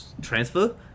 transfer